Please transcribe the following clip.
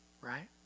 right